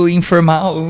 informal